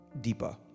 Deeper